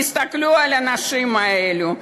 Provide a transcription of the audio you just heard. תסתכלו על האנשים האלה,